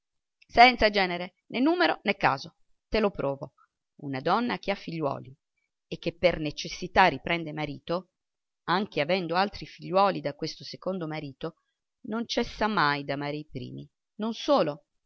senza genere né numero né caso te lo provo una donna che ha figliuoli e che per necessità riprende marito anche avendo altri figliuoli da questo secondo marito non cessa mai d'amare i primi non solo